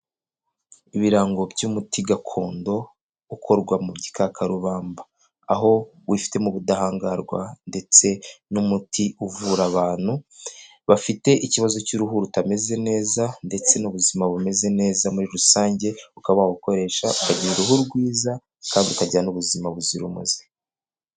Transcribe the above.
Ibirango by'umuti gakondo ukorwa mu gi kakarubamba aho wifitemo ubudahangarwa ndetse n'umuti uvura abantu bafite ikibazo cy'uruhu rutameze neza ndetse n'ubuzima bumeze neza muri rusange, ukaba wakoresha ukagira uruhu rwiza kandi ukagira n'ubuzima buzira umuze.